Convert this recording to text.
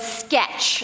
sketch